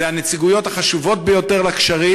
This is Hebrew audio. אלה הנציגויות החשובות ביותר לקשרים.